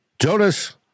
Jonas